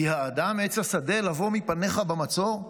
כי האדם עץ השדה לבוא מפניך במצור".